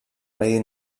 medi